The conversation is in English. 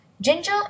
Ginger